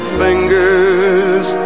fingers